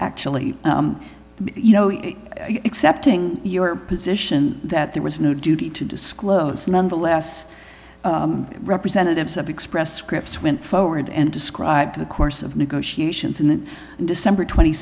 actually you know accepting your position that there was no duty to disclose nonetheless representatives that express scripts went forward and described the course of negotiations in december twenty